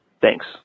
Thanks